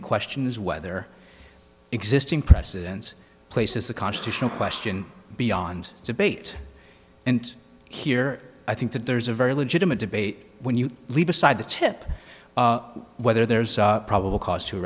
the question is whether existing precedence places the constitutional question beyond debate and here i think that there's a very legitimate debate when you leave aside the tip whether there's probable c